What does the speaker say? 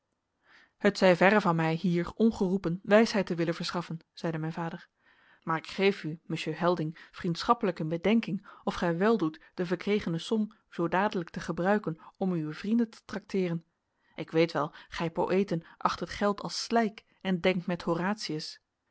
het zij verre van mij hier ongeroepen wijsheid te willen verschaffen zeide mijn vader maar ik geef u monsieur helding vriendschappelijk in bedenking of gij weldoet de verkregene som zoo dadelijk te gebruiken om uwe vrienden te trakteeren ik weet wel gij poëten acht het geld als slijk en denkt met